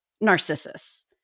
Narcissus